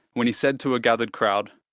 when he said to a gathered crowd,